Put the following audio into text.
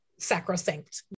sacrosanct